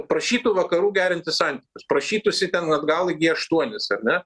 prašytų vakarų gerinti santykius prašytųsi ten atgal į g aštuonis ar ne